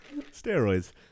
Steroids